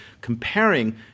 comparing